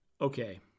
Okay